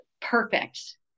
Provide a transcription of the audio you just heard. perfect